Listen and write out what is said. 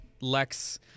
Lex